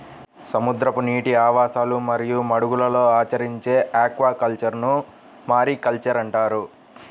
సముద్రపు నీటి ఆవాసాలు మరియు మడుగులలో ఆచరించే ఆక్వాకల్చర్ను మారికల్చర్ అంటారు